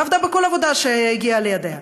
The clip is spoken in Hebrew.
והיא עבדה בכל עבודה שהגיעה לידיה,